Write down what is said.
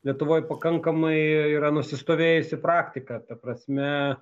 lietuvoj pakankamai yra nusistovėjusi praktika ta prasme